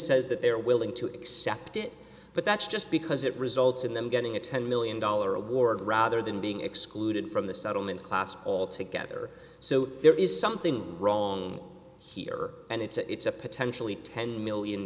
says that they're willing to accept it but that's just because it results in them getting a ten million dollar award rather than being excluded from the settlement class altogether so there is something wrong here and it's a it's a potentially ten million